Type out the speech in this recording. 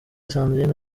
sandrine